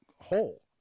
whole